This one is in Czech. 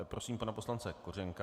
Prosím pana poslance Kořenka.